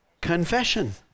Confession